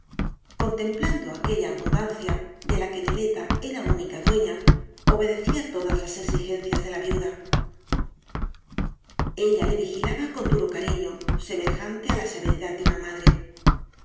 contemplando aquella abundancia de la que neleta era única dueña obedecía todas las exigencias de la viuda ella le vigilaba con duro cariño semejante á la severidad de una madre